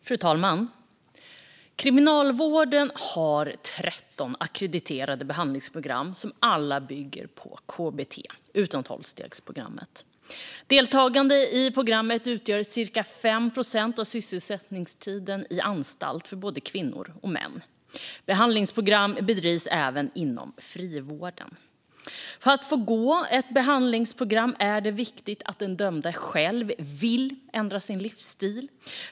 Fru talman! Kriminalvården har 13 ackrediterade behandlingsprogram, som alla bygger på kbt, utom tolvstegsprogrammet. Deltagande i ett program utgör cirka 5 procent av sysselsättningstiden på anstalt för både kvinnor och män. Behandlingsprogram bedrivs även inom frivården. För att få gå ett behandlingsprogram är det viktigt att den dömde själv vill ändra sin livsstil.